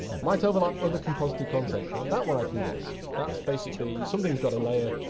might overlap other composited content. now that one i can guess. that's basically something's got a layer,